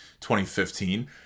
2015